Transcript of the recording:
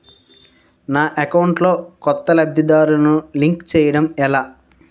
నా అకౌంట్ లో కొత్త లబ్ధిదారులను లింక్ చేయటం ఎలా?